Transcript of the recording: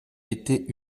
était